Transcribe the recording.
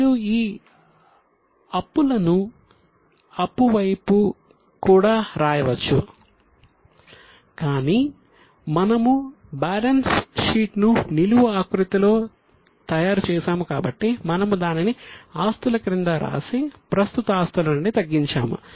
మీరు ఈ అప్పులను అప్పు వైపు కూడా వ్రాయవచ్చు కానీ మనము బ్యాలెన్స్ షీట్ ను నిలువు ఆకృతిలో తయారు చేసాము కాబట్టి మనము దానిని ఆస్తుల క్రింద వ్రాసి ప్రస్తుత ఆస్తుల నుండి తగ్గించాము